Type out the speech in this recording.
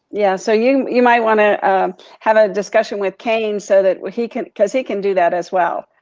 yeah so you you might wanna have a discussion with cain, so that he can, cause he can do that as well.